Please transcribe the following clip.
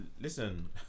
listen